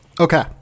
Okay